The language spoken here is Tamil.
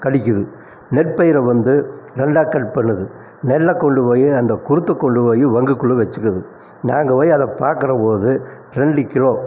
கடிக்குது நெற்பயிரை வந்து நல்லா கட் பண்ணுது நெல்லை கொண்டு போய் அந்த குருத்தை கொண்டு போய் வங்குக்குள்ளே வச்சுக்குது நாங்கள் போய் அதை பாக்கிற போது ரெண்டு கிலோ